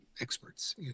experts